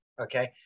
Okay